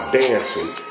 dancing